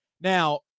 now